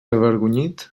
avergonyit